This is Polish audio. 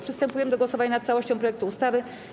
Przystępujemy do głosowania nad całością projektu ustawy.